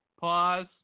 pause